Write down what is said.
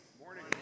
Morning